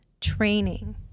training